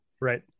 Right